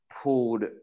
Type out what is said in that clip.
pulled